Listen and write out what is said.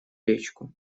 речку